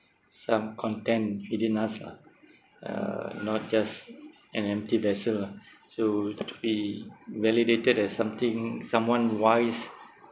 some content within us lah uh not just an empty vessel lah so to be validated as something someone wise